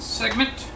segment